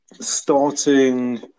starting